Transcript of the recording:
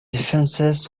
defenses